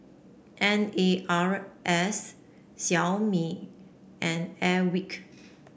N A S Xiaomi and Airwick